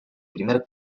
primer